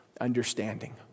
understanding